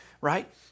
right